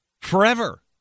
forever